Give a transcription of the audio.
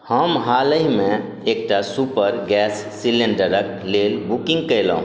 हम हालहिमे एकटा सुपर गैस सिलिण्डरक लेल बुकिंग कयलहुँ